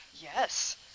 yes